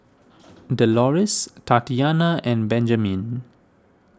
Delores Tatianna and Benjamine